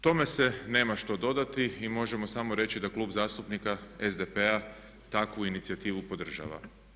Tome se nema što dodati i možemo samo reći da Klub zastupnika SDP-a takvu inicijativu podržava.